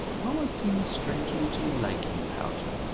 moa seems strangely to like you, haljan.